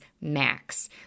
max